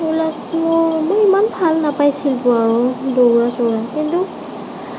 এইবিলাক মোৰ মই ইমান ভাল নাপাইছিলোঁ দৌৰা চৌৰা কিন্তু